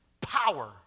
power